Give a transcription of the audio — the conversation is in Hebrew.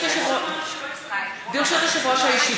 ברשות יושב-ראש הישיבה,